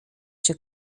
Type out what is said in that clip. się